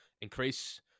increase